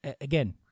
again